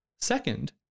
Second